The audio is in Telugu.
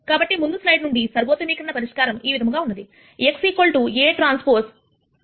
కాబట్టి ముందు స్లైడ్ నుండి సర్వోత్తమీకరణం పరిష్కారం ఈ విధముగా ఉన్నది x Aᵀ A Aᵀ 1 b